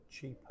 cheaper